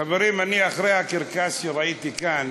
חברים, אני, אחרי הקרקס שראיתי כאן,